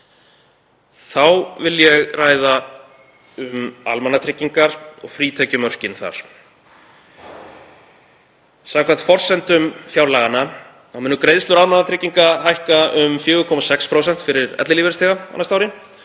Þá vil ég ræða um almannatryggingar og frítekjumörkin þar. Samkvæmt forsendum fjárlaga munu greiðslur almannatrygginga hækka um 4,6% fyrir ellilífeyrisþega á næsta ári